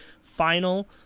final